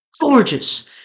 gorgeous